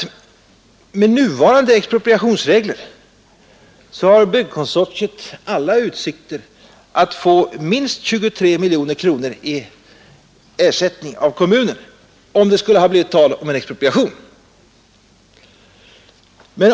Med nuvarande expropriationsregler hade byggkonsortiet alla utsikter att få minst 23 miljoner kronor i ersättning av kommunen, om det skulle ha blivit tal om en expropriation.